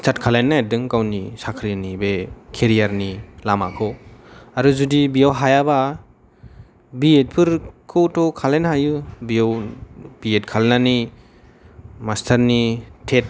start खालायनो नागेरदों गावनि साख्रिनि बे केरियारनि लामाखौ आरो जुदि बेआव हायाब बि एद फोरखौथ' खालायनो हायो बेआव बि एद खालायनानै मास्टार नि टेट